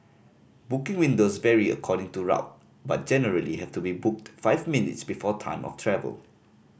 booking windows vary according to route but generally have to be booked five minutes before time of travel